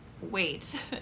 wait